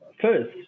first